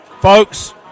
folks